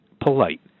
polite